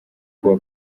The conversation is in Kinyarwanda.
kuba